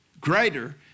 Greater